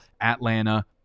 atlanta